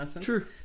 True